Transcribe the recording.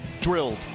Drilled